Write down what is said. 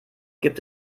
gibt